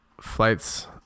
flights